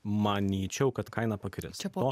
manyčiau kad kaina pakris po